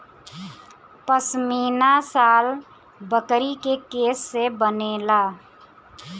पश्मीना शाल बकरी के केश से बनेला